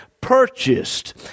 purchased